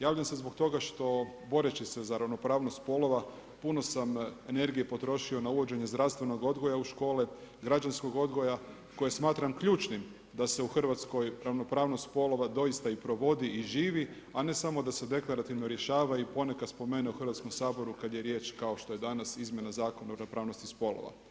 Javljam se zbog toga što boreći se za ravnopravnost spolova, puno sam energije potrošio na uvođenje zdravstvenog odgoja u škole, građanskog odgoja koje smatram ključnim da se u Hrvatskoj ravnopravnost spolova doista i provodi i živi, a ne samo da se deklarativno rješava i ponekad spomene u Hrvatskom saboru kada je riječ kao što je danas izmjena Zakona o ravnopravnosti spolova.